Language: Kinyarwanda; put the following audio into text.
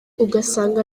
ugasanga